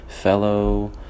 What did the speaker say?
fellow